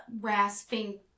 Rasping